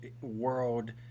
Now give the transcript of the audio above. world –